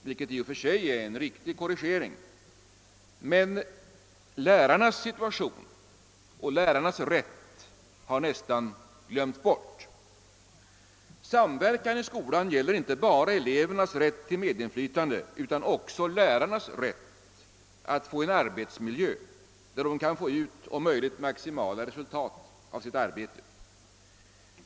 Detta är i och för sig en riktig korrigering, men lärarnas situation och lärarnas rätt har nästan glömts bort. Samverkan i skolan skall inte bara gälla elevernas rätt till medinflytande utan också lärarnas rätt att få en arbetsmiljö, där de kan få ut om möjligt maximala resultat av sitt arbete.